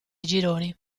gironi